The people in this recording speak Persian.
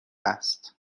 است